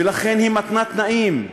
ולכן היא מתנה תנאים.